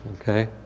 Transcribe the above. Okay